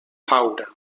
faura